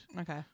Okay